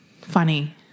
Funny